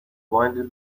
blinded